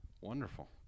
wonderful